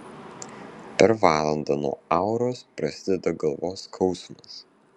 per valandą nuo auros prasideda galvos skausmas